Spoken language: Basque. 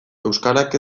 euskarak